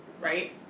right